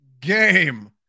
game